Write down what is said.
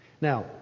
Now